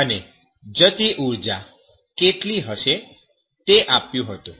અને જતી ઉર્જા કેટલી હશે તે આપ્યું હતું